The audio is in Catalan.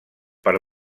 per